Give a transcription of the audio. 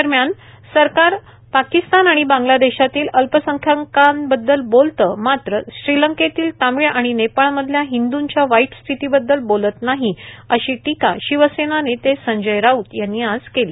दरम्यान सरकार पाकिस्थान आणि बांगलादेशातल्या अल्पसंख्यकांबददल बोलतं मात्र श्रीलंकेतल्या तामीळ आणि नेपाळ मधल्या हिंदूंच्या वाईट स्थितीबद्दल बोलत नाही अशी टीका शिवसेना नेते संजय राऊत यांनी आज केली